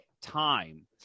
time